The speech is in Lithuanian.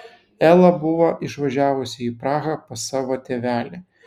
ela buvo išvažiavusi į prahą pas savo tėvelį